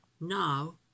now